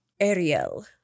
Ariel